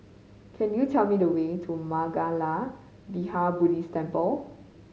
could you tell me the way to Mangala Vihara Buddhist Temple